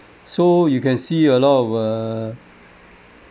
so you can see a lot of err